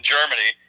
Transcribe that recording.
Germany